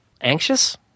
anxious